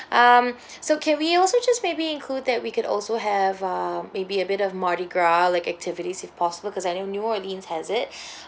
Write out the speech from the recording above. um so can we also just maybe include that we could also have um may be a bit of mardi gras like activities if possible because I know new orleans has it